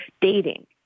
dating